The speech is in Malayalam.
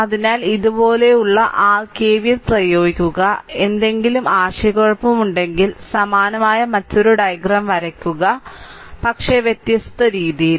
അതിനാൽ ഇതുപോലുള്ള r KVL പ്രയോഗിക്കുക എന്തെങ്കിലും ആശയക്കുഴപ്പം ഉണ്ടെങ്കിൽ സമാനമായ മറ്റൊരു ഡയഗ്രം വരയ്ക്കുക പക്ഷേ വ്യത്യസ്ത രീതിയിൽ